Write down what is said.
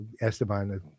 Esteban